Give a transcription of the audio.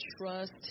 trust